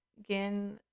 again